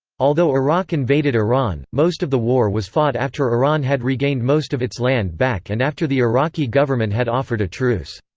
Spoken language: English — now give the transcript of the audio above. although iraq invaded iran, most of the war was fought after iran had regained most of its land back and after the iraqi government had offered a truce.